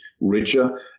richer